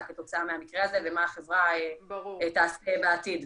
כתוצאה מהמקרה הזה ומה החברה תעשה בעתיד.